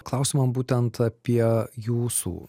klausimą būtent apie jūsų